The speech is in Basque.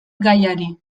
gaiari